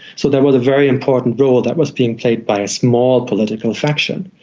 so that was a very important role that was being played by a small political faction.